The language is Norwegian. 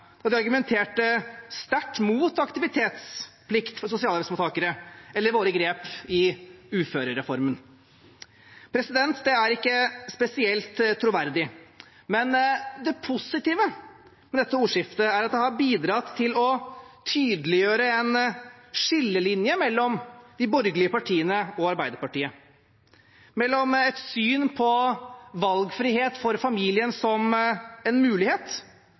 da de argumenterte sterkt mot aktivitetsplikt for sosialhjelpsmottakere eller våre grep i uførereformen. Det er ikke spesielt troverdig. Men det positive med dette ordskiftet er at det har bidratt til å tydeliggjøre en skillelinje mellom de borgerlige partiene og Arbeiderpartiet, mellom dem som ser på valgfrihet for familien som en mulighet,